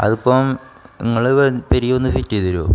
അതിപ്പം നിങ്ങൾ വന്ന് പെരിയൊന്ന് ഫിറ്റ് ചെയ്തു തരുമോ